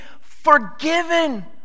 forgiven